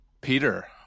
Peter